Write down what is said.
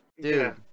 Dude